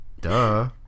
Duh